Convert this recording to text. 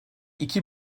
iki